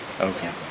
Okay